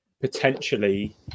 potentially